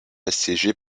assiégée